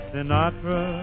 Sinatra